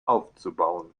aufzubauen